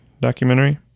documentary